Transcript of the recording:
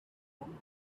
and